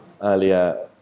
earlier